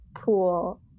pool